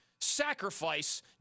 sacrifice